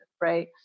right